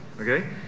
Okay